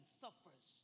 suffers